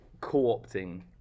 co-opting